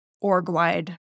org-wide